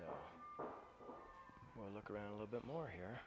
f well look around a little bit more here